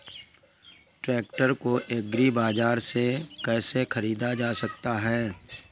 Tractor को agri बाजार से कैसे ख़रीदा जा सकता हैं?